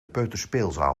peuterspeelzaal